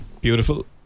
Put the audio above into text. Beautiful